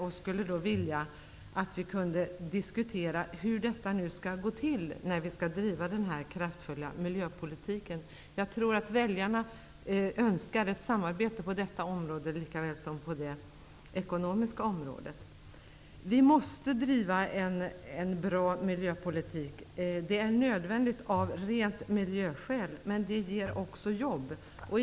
Därför skulle jag vilja att vi diskuterar hur vi skall driva den här kraftfulla miljöpolitiken. Jag tror att väljarna önskar ett samarbete på detta område likaväl som på det ekonomiska området. En bra miljöpolitik måste drivas. Det är nödvändigt av rent miljöskäl, men också därför att det skapar jobb.